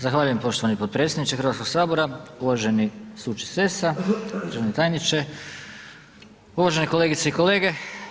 Zahvaljujem poštovani potpredsjedniče Hrvatskog sabora, uvaženi suče Sesa, državni tajniče, uvažene kolegice i kolege.